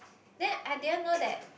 then I didn't know that